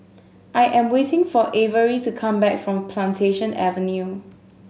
I am waiting for Avery to come back from Plantation Avenue